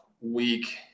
week